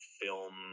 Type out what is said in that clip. film